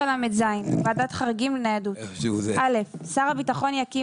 9לזועדת חריגים לניידות שר הביטחון יקים